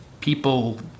people